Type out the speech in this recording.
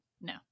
No